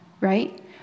Right